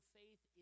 faith